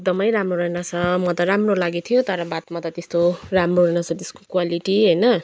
एकदमै राम्रो रहेनछ म त राम्रो लागेको थियो तर बादमा त त्यस्तो राम्रो रहेनछ त्यसको क्वालिटी होइन